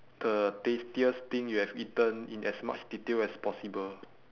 the tastiest thing you have eaten in as much detail as possible